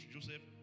Joseph